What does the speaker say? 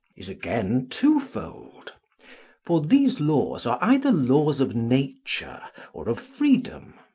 is again twofold for these laws are either laws of nature or of freedom.